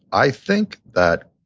i think that,